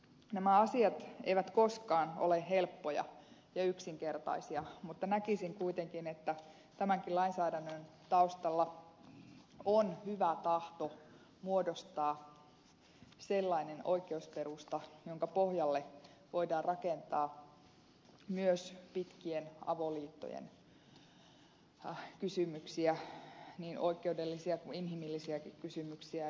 nämä asiat eivät koskaan ole helppoja ja yksinkertaisia mutta näkisin kuitenkin että tämänkin lainsäädännön taustalla on hyvä tahto muodostaa sellainen oikeusperusta jonka pohjalle voidaan rakentaa myös pitkien avoliittojen kysymyksiä niin oikeudellisia kuin inhimillisiäkin kysymyksiä